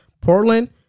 Portland